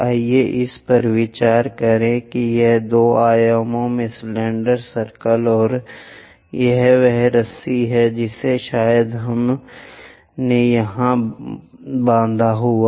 आइए इस पर विचार करें कि यह दो आयामों में सिलेंडर सर्कल है और यह वह रस्सी है जिसे शायद हमने वहां बांध दिया होगा